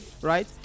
right